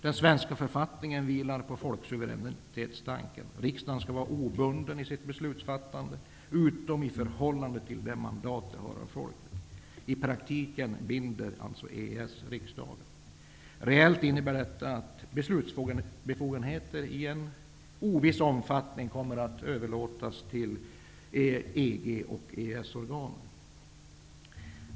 Den svenska författningen vilar på folksuveränitetstanken: Riksdagen skall vara obunden i sitt beslutsfattande, utom i förhållande till det mandat den har av folket. I praktiken binder alltså EES riksdagen. Reellt innebär detta att beslutsbefogenheter i oviss omfattning kommer att överlåtas till EG och EES-organen.